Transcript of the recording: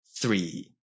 three